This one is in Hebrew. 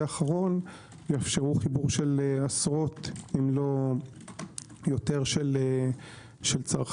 האחרון יאפשרו חיבור של עשרות אם לא יותר של צרכנים,